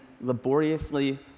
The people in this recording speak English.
laboriously